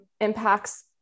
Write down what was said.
impacts